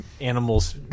animals